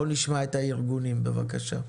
בואו נשמע את הארגונים בבקשה.